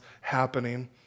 happening